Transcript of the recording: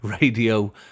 radio